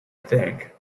think